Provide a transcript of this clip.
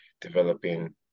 developing